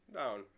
down